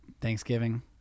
Thanksgiving